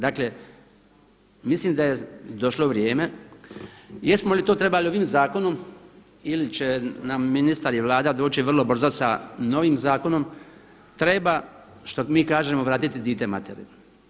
Dakle, mislim da je došlo vrijeme jesmo li to trebali ovim zakonom ili će nam ministar i Vlada doći vrlo brzo sa novim zakonom, treba što mi kažemo vratiti dijete materi.